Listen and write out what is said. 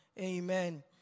Amen